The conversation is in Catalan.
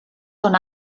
són